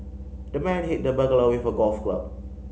the man hit the burglar with a golf club